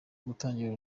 gutangira